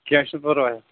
کیٚنٛہہ چھُنہٕ پرواے